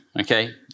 okay